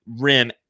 rim